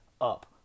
up